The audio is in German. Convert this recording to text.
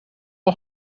wir